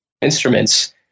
instruments